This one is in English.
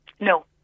No